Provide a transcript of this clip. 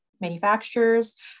manufacturers